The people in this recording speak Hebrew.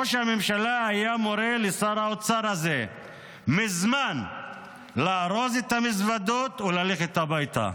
ראש הממשלה היה מזמן מורה לשר האוצר הזה לארוז את המזוודות וללכת הביתה.